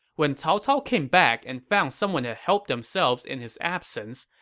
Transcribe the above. when cao cao came back and found someone had helped themselves in his absence,